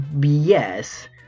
yes